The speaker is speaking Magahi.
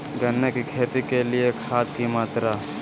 गन्ने की खेती के लिए खाद की मात्रा?